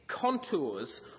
contours